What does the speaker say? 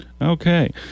Okay